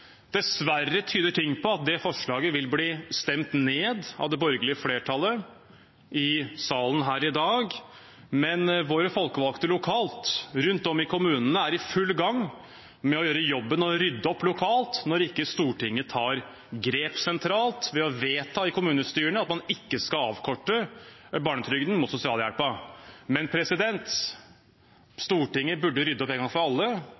Dessverre tyder ting på at det forslaget vil bli stemt ned av det borgerlige flertallet i salen her i dag, men våre lokale folkevalgte rundt omkring i kommunene er i full gang med å gjøre jobben med å rydde opp lokalt når Stortinget ikke tar grep sentralt, ved å vedta i kommunestyrene at man ikke skal avkorte barnetrygden mot sosialhjelpen. Men Stortinget burde rydde opp en gang for alle